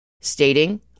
stating